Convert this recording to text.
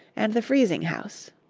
and the freezing-house.